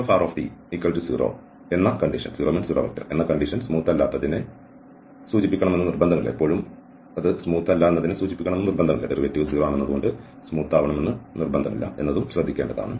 drtdt0 എന്ന condition smooth അല്ലാത്തതിനെ സൂചിപ്പിക്കണം എന്ന് നിർബന്ധമില്ല എന്നതും ശ്രദ്ധിക്കേണ്ടതാണ്